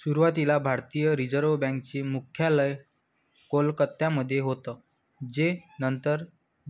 सुरुवातीला भारतीय reserve bank चे मुख्यालय कोलकत्यामध्ये होतं जे नंतर